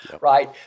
right